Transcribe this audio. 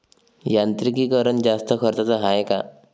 यांत्रिकीकरण जास्त खर्चाचं हाये का?